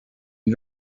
you